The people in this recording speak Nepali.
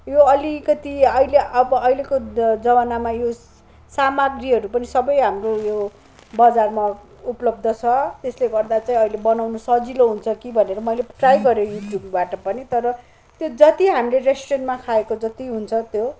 यो अलिकति अहिले अब अहिलेको जमानामा यो सामग्रीहरू पनि सबै हाम्रो यो बजारमा उपलब्ध छ त्यसले गर्दा चाहिँ अहिले बनाउनु सजिलो हुन्छ कि भनेर मैले ट्राई गरेको युट्युबबाट पनि तर जति हामीले रेस्टुरेन्टमा खाएको जति हुन्छ त्यो